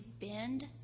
bend